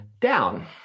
down